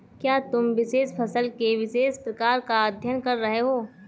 क्या तुम विशेष फसल के विशेष प्रकार का अध्ययन कर रहे हो?